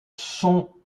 son